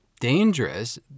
dangerous